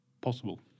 possible